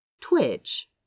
twitch